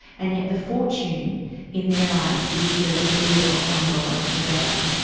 and yet the fortune in their eyes is the the lure of one dollar a day.